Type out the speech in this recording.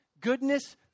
goodness